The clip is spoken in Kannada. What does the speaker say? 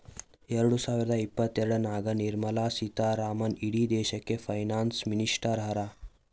ಎರಡ ಸಾವಿರದ ಇಪ್ಪತ್ತಎರಡನಾಗ್ ನಿರ್ಮಲಾ ಸೀತಾರಾಮನ್ ಇಡೀ ದೇಶಕ್ಕ ಫೈನಾನ್ಸ್ ಮಿನಿಸ್ಟರ್ ಹರಾ